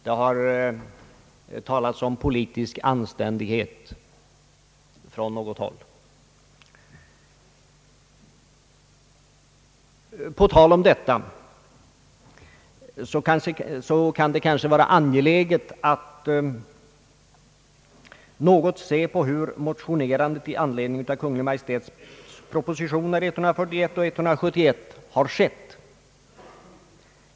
Det har från något håll talats om politisk anständighet. På tal om detta kan det kanske vara angeläget att något se på hur motionerandet i anledning av Kungl. Maj:ts propositioner nr 141 och 171 har skett.